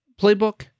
playbook